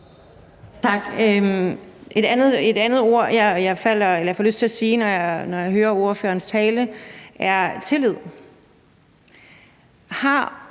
Tak. Et andet ord, jeg får lyst til at sige, når jeg hører ordførerens tale, er tillid.